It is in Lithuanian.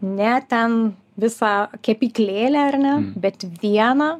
ne ten visa kepyklėlę ar ne bet vieną